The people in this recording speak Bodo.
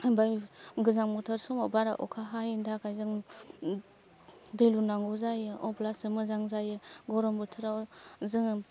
बै गोजां बोथोर समाव बारा अखा हायैनि थाखाय जों दै लुनांगौ जायो अब्लासो मोजां जायो गरम बोथोराव जोङो